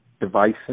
devices